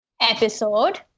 episode